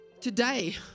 Today